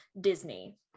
Disney